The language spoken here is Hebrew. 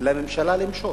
לממשלה למשול.